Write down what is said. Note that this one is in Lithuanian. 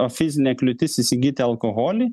o fizinė kliūtis įsigyti alkoholį